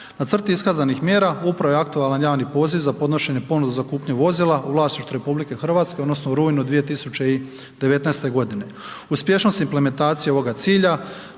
Na crti iskazanih mjera upravo je aktualan javni poziv za podnošenje ponude za kupnju vozila u vlasništvu RH odnosno u rujnu 2019. g. Uspješnost implementacije ovoga cilja